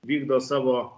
vykdo savo